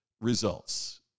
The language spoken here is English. results